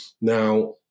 Now